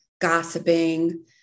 gossiping